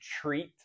treat